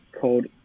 called